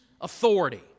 authority